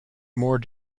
more